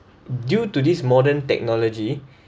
due to this modern technology